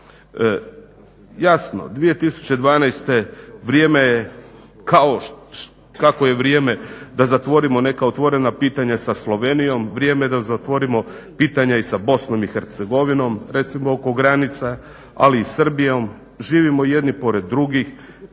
Jasno, 2012. vrijeme kao, takvo je vrijeme da zatvorimo neka otvorena pitanja sa Slovenijom, vrijeme je da zatvorimo i pitanja i sa BIH, recimo oko granica ali i Srbijom, živimo jedni pored drugih,